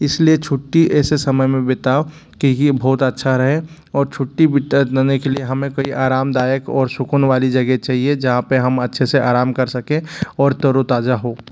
इसलिए छुट्टी ऐसे समय में बिताओ कि कि बहुत अच्छा रहे और छुट्टी बेटर बनाने के लिए हमें कोई आरामदायक और सूकून वाली जगह चाहिए जहाँ पे हम अच्छे से आराम कर सके और तरोताजा हो